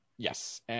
yes